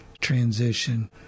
transition